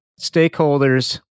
stakeholders